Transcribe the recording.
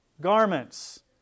garments